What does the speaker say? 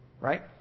Right